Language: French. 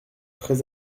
très